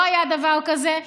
לא היה דבר כזה,